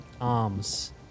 Arms